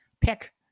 pick